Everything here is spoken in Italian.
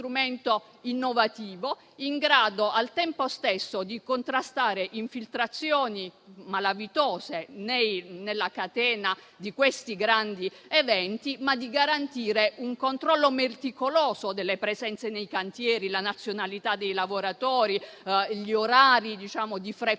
in grado al tempo stesso di contrastare infiltrazioni malavitose nella catena di questi grandi eventi e di garantire un controllo meticoloso delle presenze nei cantieri, della nazionalità dei lavoratori e degli orari di frequenza